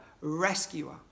Rescuer